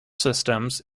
systems